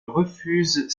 refuse